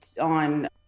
on